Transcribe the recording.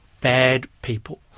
bad people,